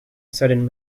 sudden